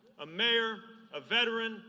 ah mayor, ah veteran,